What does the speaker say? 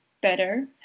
better